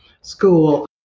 school